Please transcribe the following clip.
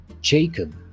Jacob